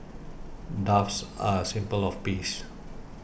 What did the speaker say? doves are a symbol of peace